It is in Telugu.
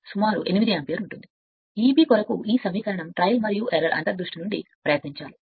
ఈ సమీకరణం Eb మరియు మరియు ఎర్రర్ ట్రయల్ మరియు అంతర్ దృష్టి నుండి ఎర్రర్ ప్రయత్నించాలి